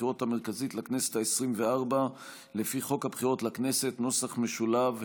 הבחירות המרכזית לכנסת העשרים-וארבע לפי חוק הבחירות לכנסת (נוסח משולב),